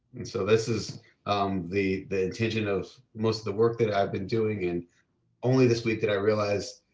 and so this is the the intention of most of the work that i've been doing, and only this week that i realized,